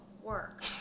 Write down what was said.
work